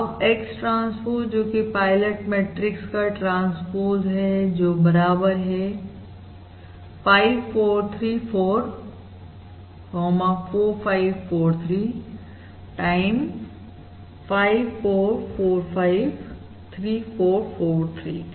अब X transpose जो कि पायलट मैट्रिक्स का ट्रांसपोज है और जो बराबर है 5 4 3 4 4 5 4 3 टाइम 5 4 4 5 3 4 4 3 के